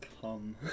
Come